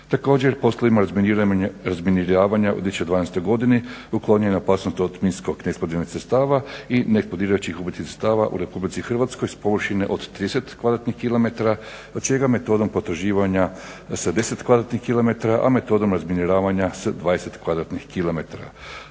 Također, poslovima razminiravanja u 2012. uklonjena je opasnost od minsko eksplozivnih sredstava i neeksplodirajućih ubojitih sredstava u Republici Hrvatskoj s površine od 30 km2, od čega metodom potraživanja sa 10 km2, a metodom razminiravanja s 20 km2.